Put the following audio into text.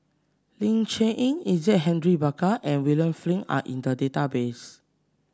Ling Cher Eng Isaac Henry Burkill and William Flint are in the database